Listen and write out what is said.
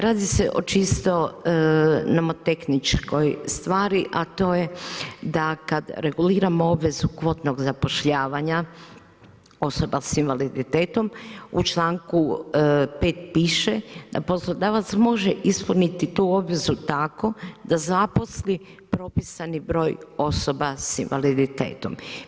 Radi se o čistoj nomotehničko stvari, a to je, da kada reguliramo obvezu kvotnog zapošljavanja, osoba s invaliditetom, u čl. 5. piše, poslodavac može ispuniti tu obvezu tako da zaposli propisani broj osoba s invaliditetom.